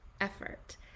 effort